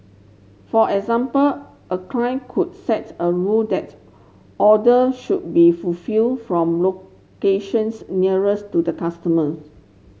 for example a client could sets a rule that's order should be fulfilled from locations nearest to customers